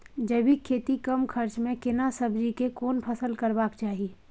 जैविक खेती कम खर्च में केना सब्जी के कोन फसल करबाक चाही?